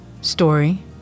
story